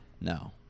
No